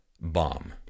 bomb